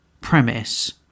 premise